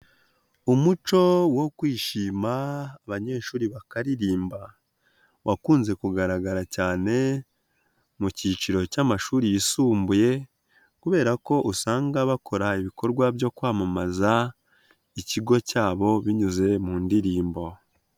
Umuco wo kwishima abanyeshuri bakaririmba, wakunze kugaragara cyane mu cyiciro cy'amashuri yisumbuye, kubera ko usanga bakora ibikorwa byo kwamamaza ikigo cyabo binyuze mu ndirimbo.